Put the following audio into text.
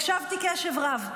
הקשבתי קשב רב.